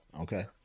Okay